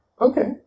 Okay